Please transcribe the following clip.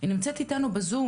והם נעלמים לגמרי.